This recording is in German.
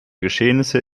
geschehnisse